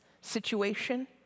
situation